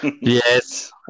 Yes